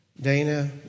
Dana